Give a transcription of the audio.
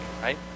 right